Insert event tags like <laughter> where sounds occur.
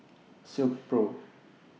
<noise> Silkpro